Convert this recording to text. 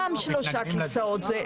גם שלושה כיסאות,